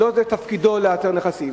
לא זה תפקידו לאתר נכסים.